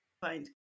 find